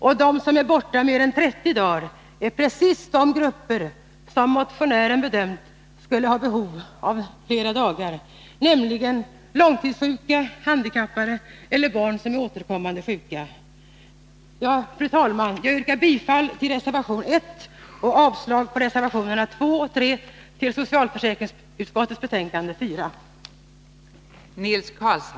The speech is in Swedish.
De barn som är sjuka mer än 30 dagar är just de grupper som motionären bedömt skulle ha behov av ersättning för flera dagar, nämligen långtidssjuka, handikappade eller barn som är återkommande sjuka. Fru talman! Jag yrkar bifall till reservation 1 och avslag på reservationerna 2 och 3 i socialförsäkringsutskottets betänkande nr 4.